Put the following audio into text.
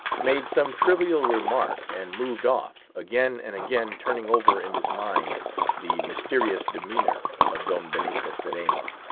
made some trivial remark and moved off again and again turning over in his mind the mysterious demeanor of don benito cereno.